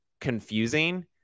confusing